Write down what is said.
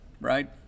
right